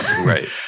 right